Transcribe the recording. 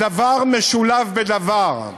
דבר משולב בדבר.